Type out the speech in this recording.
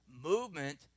Movement